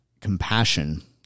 compassion